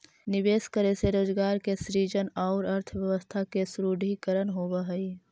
निवेश करे से रोजगार के सृजन औउर अर्थव्यवस्था के सुदृढ़ीकरण होवऽ हई